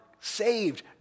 saved